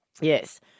Yes